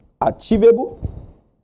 achievable